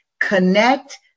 connect